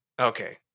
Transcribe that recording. Okay